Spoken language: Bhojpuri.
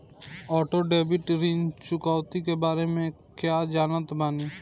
ऑटो डेबिट ऋण चुकौती के बारे में कया जानत बानी?